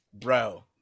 bro